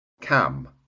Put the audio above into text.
Cam